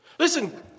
Listen